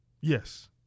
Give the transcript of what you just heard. Yes